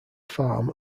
farm